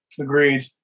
Agreed